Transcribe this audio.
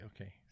okay